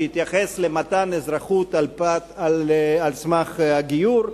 שהתייחס למתן אזרחות על סמך הגיור,